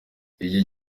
iki